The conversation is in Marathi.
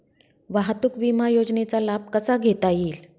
वाहतूक विमा योजनेचा लाभ कसा घेता येईल?